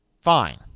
fine